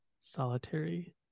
solitary